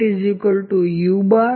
C